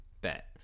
bet